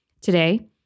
Today